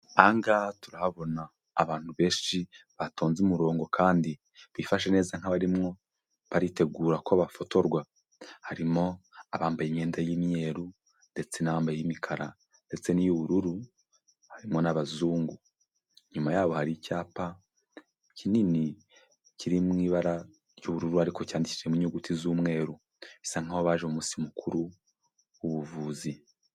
Aha ngaha turahabona abantu benshi batonze umurongo kandi bifashe neza nk'abarimwo baritegura ko bafotorwa, harimo abambaye imyenda y'imyeru, ndetse n'abambaye y'imikara, ndetse n'iy'ubururu, harimo n'abazungu, inyuma yaho hari icyapa kinini kiri mu ibara ry'ubururu ariko cyandikishijemo nyuguti z'umweru, bisa nkaho baje mu munsi mukuru w'ubuvuzi.